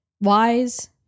Wise